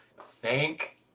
thank